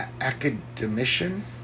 academician